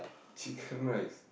chicken rice